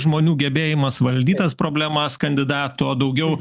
žmonių gebėjimas valdyt tas problemas kandidato daugiau